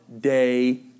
day